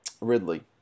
Ridley